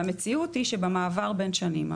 והמציאות היא שבמעבר בין שנים,